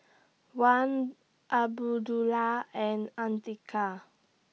Wan Abdullah and Andika